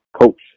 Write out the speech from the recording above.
coach